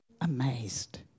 amazed